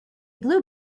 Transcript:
blue